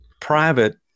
private